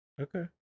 Okay